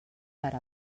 per